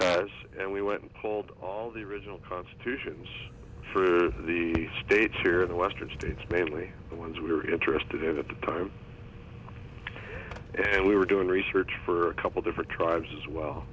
park as and we went called all the original constitutions for the states here in the western states mainly the ones we were interested in at the time and we were doing research for a couple different tribes as well